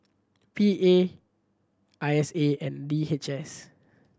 P A I S A and D H S